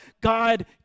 God